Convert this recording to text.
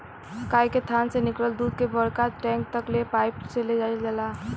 गाय के थान से निकलल दूध के बड़का टैंक तक ले पाइप से ले जाईल जाला